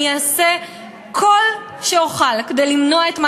אני אעשה כל שאוכל כדי למנוע את מה